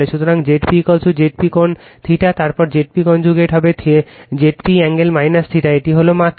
সুতরাং Zp Zp কোণ θ তারপর Zp কনজুগেট হবে Zp কোণ θ এটি হল মাত্রা